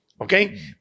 Okay